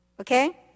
Okay